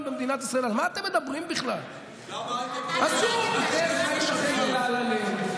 מה זה מאות מיליונים בהשקעות הון בתעשייה?